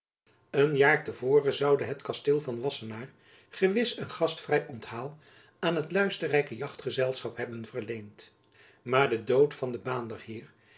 een jaar te voren zoude het kasteel van wassenaar gewis een gastvrij onthaal aan het luisterrijke jachtgezelschap hebben verleend maar de dood van den baanderheer